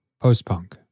postpunk